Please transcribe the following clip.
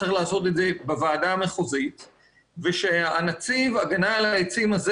צריך לעשות את זה בוועדה המחוזית ושנציב ההגנה על העצים הזה